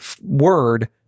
word